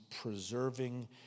preserving